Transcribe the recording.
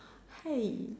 hey